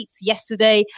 yesterday